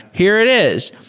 here it is.